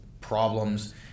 problems